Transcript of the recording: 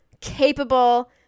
capable